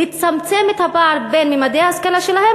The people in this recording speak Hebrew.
לצמצם את הפער בין ממדי ההשכלה שלהן